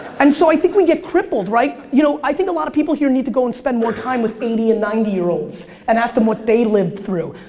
and so, i think we get crippled, right? you know, i think a lot of people here need to go an and spend more time with eighty and ninety year olds and ask them what they lived through.